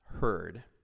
heard